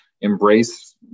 embrace